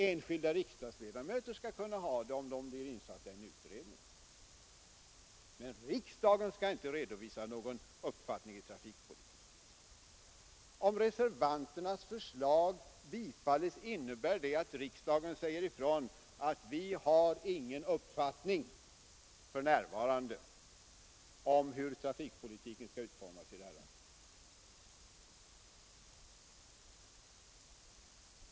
Enskilda riksdagsledamöter skall kunna ha det om de blir insatta i en utredning, men riksdagen skall inte redovisa någon uppfattning. Om reservanternas förslag bifalles innebär det att riksdagen säger ifrån: Vi har ingen uppfattning för närvarande om hur trafikpolitiken skall utformas i det här landet!